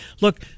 Look